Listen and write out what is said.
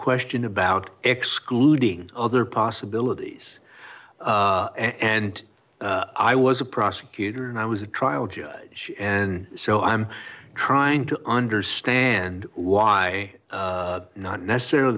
question about excluding other possibilities and i was a prosecutor and i was a trial judge and so i'm trying to understand why not necessarily